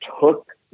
took